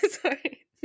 Sorry